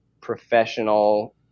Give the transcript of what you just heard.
professional